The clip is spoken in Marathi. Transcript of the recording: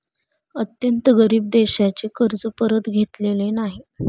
अत्यंत गरीब देशांचे कर्ज परत घेतलेले नाही